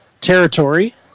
territory